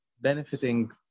benefiting